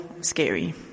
scary